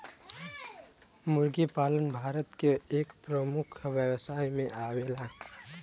मुर्गी पालन भारत के एक प्रमुख व्यवसाय में आवेला